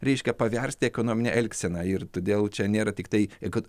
reiškia paversti ekonomine elgsena ir todėl čia nėra tiktai kad